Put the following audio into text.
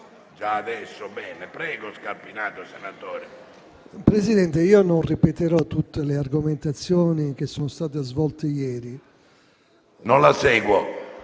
Presidente, non ripeterò tutte le argomentazioni che sono state svolte ieri a proposito